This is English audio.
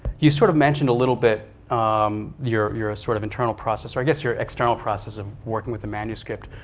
you sort of mentioned a little bit um your your sort of internal process, or i guess your external process of working with a manuscript.